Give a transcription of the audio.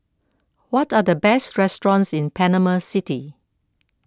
what are the best restaurants in Panama City